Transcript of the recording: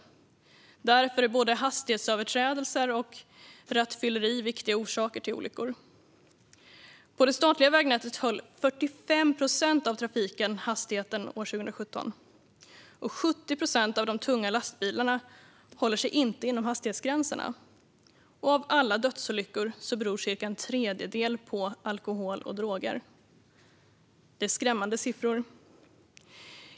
Därför är både hastighetsöverträdelser och rattfylleri viktiga orsaker till olyckor. På det statliga vägnätet höll 45 procent av trafiken hastigheten år 2017, och 70 procent av de tunga lastbilarna håller sig inte inom hastighetsgränserna. Av alla dödsolyckor beror cirka en tredjedel på alkohol och droger. Det är skrämmande siffror.